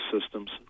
systems